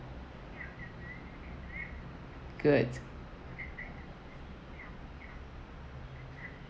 good